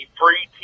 free